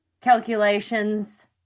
calculations